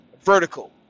vertical